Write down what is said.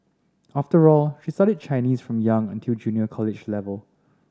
after all she studied Chinese from young until junior college level